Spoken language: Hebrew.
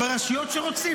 ברשויות שרוצות,